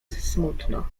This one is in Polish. smutno